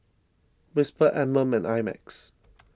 Whisper Anmum and I Max